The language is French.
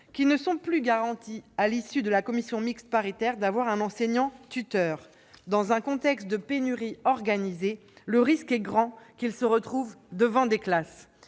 qui ne sont plus garantis, à l'issue de la commission mixte paritaire, de disposer d'un enseignant-tuteur. Dans un contexte de pénurie organisée, le risque est grand qu'ils ne se retrouvent devant des classes.